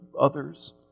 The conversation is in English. others